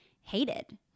hated